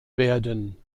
werden